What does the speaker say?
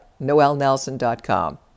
noelnelson.com